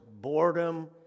boredom